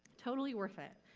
totally worth it.